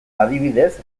adibidez